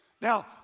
Now